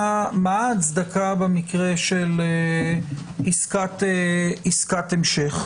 מה ההצדקה במקרה של עסקת המשך?